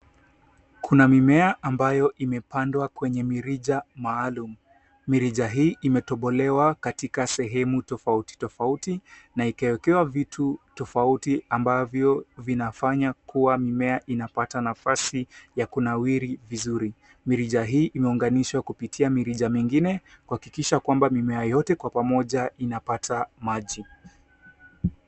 Kuna mimea ambayo imepandwa kwenye mirija maalum mirija hii imetobolewa katika sehemu tofauti tofauti na ikawekewa vitu tofauti ambavyo vinafanya kuwa mimea inapata nafasi ya kunawiri vizuri mirija hii imeunganishwa kupitia. Mirija mingine kuhakikisha kuwa mimea yote kwa pamoja inapata maji.